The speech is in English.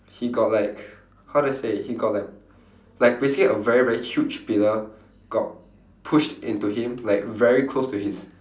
he got like how do I say he got like like basically a very very huge pillar got pushed into him like very close to his